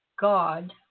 God